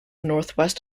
northwest